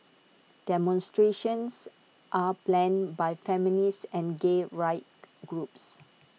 demonstrations are planned by feminist and gay rights groups